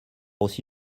aussi